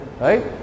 Right